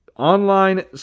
Online